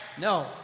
No